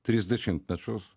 tris dešimtmečius